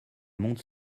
monte